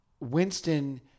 Winston